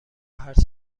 هرچه